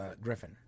Griffin